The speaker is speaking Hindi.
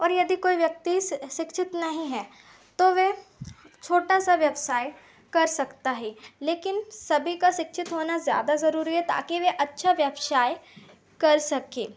और यदि कोई व्यक्ति शिक्षित नहीं है तो वह छोटा सा व्यवसाय कर सकता है लेकिन सभी का शिक्षित होना ज़्यादा ज़रूरी है ताकि वह अच्छा व्यवसाय कर सकें